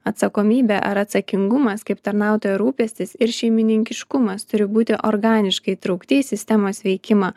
atsakomybė ar atsakingumas kaip tarnautojo rūpestis ir šeimininkiškumas turi būti organiškai įtraukti į sistemos veikimą